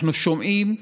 אנחנו שומעים.